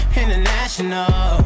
international